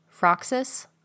Froxus